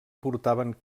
portaven